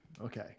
Okay